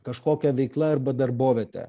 kažkokia veikla arba darboviete